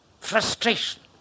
frustration